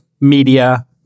media